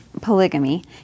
polygamy